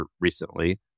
recently